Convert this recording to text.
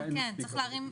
אנחנו אומרים את זה.